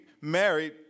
married